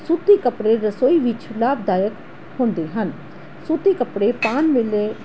ਸੂਤੀ ਕੱਪੜੇ ਰਸੋਈ ਵਿੱਚ ਲਾਭਦਾਇਕ ਹੁੰਦੇ ਹਨ ਸੂਤੀ ਕੱਪੜੇ ਪਾਉਣ ਵੇਲੇ